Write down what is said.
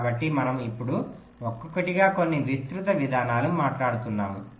కాబట్టి మనం ఇప్పుడు ఒక్కొక్కటిగా కొన్ని విస్తృత విధానాలు మాట్లాడుతున్నాము